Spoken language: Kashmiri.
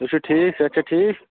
تُہۍ چھُو ٹھیٖک صحت چھا ٹھیٖک